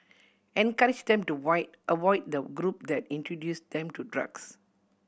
encourage them to void avoid the group that introduce them to drugs